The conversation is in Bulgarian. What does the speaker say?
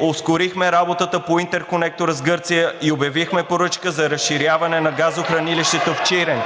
ускорихме работата по интерконектора с Гърция и обявихме поръчка за разширяване на газохранилището в Чирен.